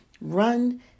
run